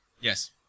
Yes